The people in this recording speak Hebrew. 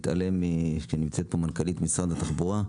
בפרט שנמצאת כאן מנכ"לית משרד התחבורה,